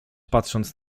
patrząc